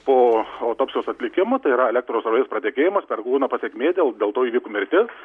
po autopsijos atlikimo tai yra elektros srovės pratekėjimą per kūną pasekmė dėl dėl to įvyko mirtis